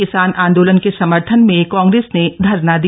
किसान आंदोलन के समर्थन में कांग्रेस ने धरना दिया